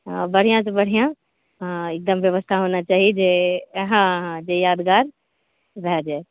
बढ़िआँसँ बढ़िआँ हँ एकदम व्यवस्था होना चाही जे हँ हँ जे यादगार भए जाय